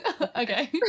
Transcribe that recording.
Okay